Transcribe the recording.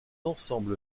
ensemble